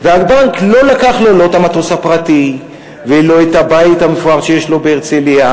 והבנק לא לקח לו לא את המטוס הפרטי ולא את הבית המפואר שיש לו בהרצלייה